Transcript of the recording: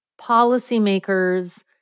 policymakers